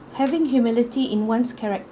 having humility in one's character